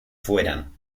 fueran